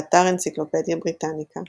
באתר אנציקלופדיה בריטניקה